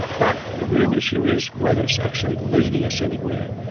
but the real issue is whether it's actually leading us anywhere,